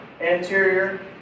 anterior